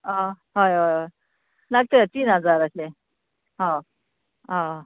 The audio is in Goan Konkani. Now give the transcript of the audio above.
आं हय हय हय ना तें तीन हजाराचे हो अ